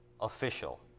official